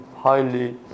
highly